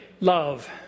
Love